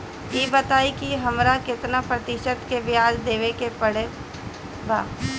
ई बताई की हमरा केतना प्रतिशत के ब्याज देवे के पड़त बा?